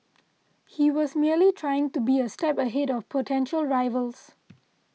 he was merely trying to be a step ahead of potential rivals